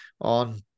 on